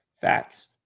Facts